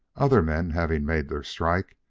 other men, having made their strike,